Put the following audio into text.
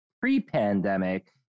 pre-pandemic